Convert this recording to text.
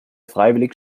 freiwillig